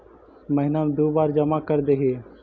महिना मे दु बार जमा करदेहिय?